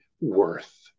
worth